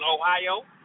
Ohio